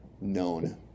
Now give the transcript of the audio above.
known